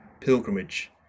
pilgrimage